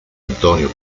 antonino